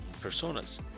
personas